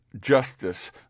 justice